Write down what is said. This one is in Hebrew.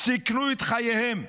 סיכנו את חייהם,